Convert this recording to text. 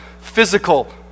physical